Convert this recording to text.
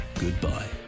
goodbye